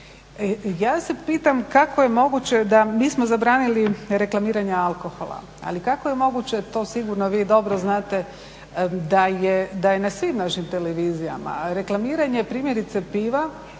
Ja se pitam kako je moguće da, mi smo zabranili reklamiranje alkohola, ali kako je moguće to sigurno vi dobro znate da je na svim našim televizijama reklamiranje primjerice piva